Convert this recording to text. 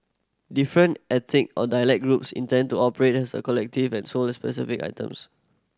different ethnic or dialect groups intended to operate as a collective and sold specific items